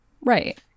Right